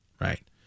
right